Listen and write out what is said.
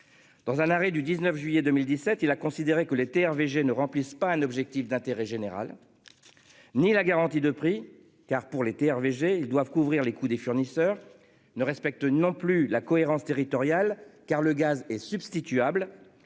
Dans un arrêt du 19 juillet 2017, il a considéré que les Terres VG ne remplissent pas un objectif d'intérêt général. Ni la garantie de prix car pour l'été. Hervé G ils doivent couvrir les coûts des fournisseurs ne respecte non plus la cohérence territoriale car le gaz est substituables